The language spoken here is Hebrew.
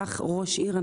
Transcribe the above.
כך ראש עיר,